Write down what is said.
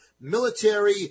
military